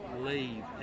leave